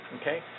Okay